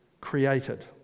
created